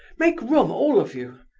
make room, all of you!